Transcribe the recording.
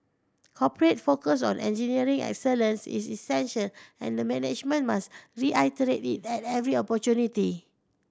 corporate focus on engineering excellence is essential and the management must reiterate it at every opportunity